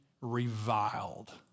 reviled